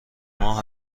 ماه